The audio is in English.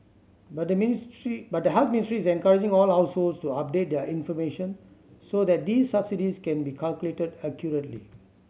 but the ministry but the Health Ministry is encouraging all households to update their information so that these subsidies can be calculated accurately